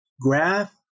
graph